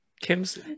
Kim's